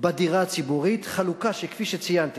בדירה הציבורית, חלוקה שכפי שציינתי